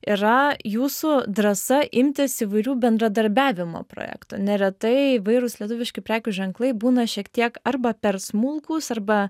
yra jūsų drąsa imtis įvairių bendradarbiavimo projektų neretai įvairūs lietuviški prekių ženklai būna šiek tiek arba per smulkūs arba